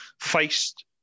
faced